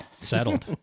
Settled